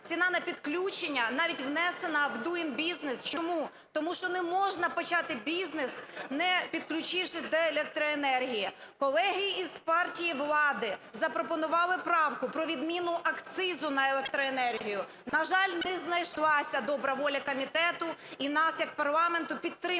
ціна на підключення навіть внесена в Doing Business. Чому? Тому що не можна почати бізнес, не підключившись до електроенергії. Колеги із партії влади запропонували правку про відміну акцизу на електроенергію. На жаль, не знайшлася добра воля комітету і нас як парламенту підтримати